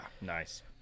nice